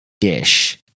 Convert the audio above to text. dish